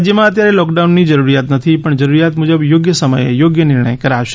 રાજ્યમાં અત્યારે લોકડાઉનની જરૂર નથી પણ જરૂરિયાત મુજબ યોગ્ય સમયે યોગ્ય નિર્ણય કરાશે